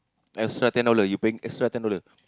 extra ten dollar you paying extra ten dollar